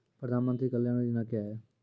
प्रधानमंत्री कल्याण योजना क्या हैं?